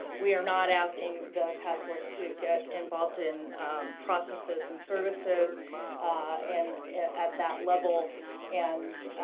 we are not asking the task force to get involved in processes and services and at that level and